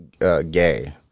gay